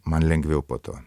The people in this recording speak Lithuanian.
man lengviau po to